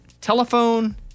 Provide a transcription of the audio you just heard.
telephone